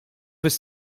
fis